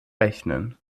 rechnen